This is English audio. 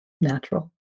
natural